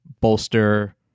bolster